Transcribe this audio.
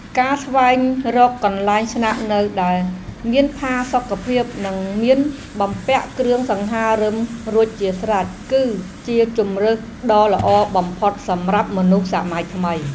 ការស្វែងរកកន្លែងស្នាក់នៅដែលមានផាសុកភាពនិងមានបំពាក់គ្រឿងសង្ហារិមរួចជាស្រេច គឺជាជម្រើសដ៏ល្អបំផុតសម្រាប់មនុស្សសម័យថ្មី។